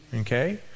okay